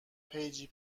پیجی